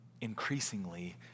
increasingly